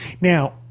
Now